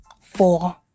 four